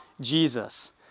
Jesus